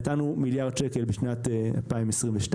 נתנו מיליארד ₪ בשנת 2022,